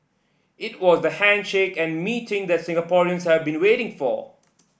it was the handshake and meeting that Singaporeans have been waiting for